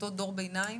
אותו דור ביניים.